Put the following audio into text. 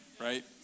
right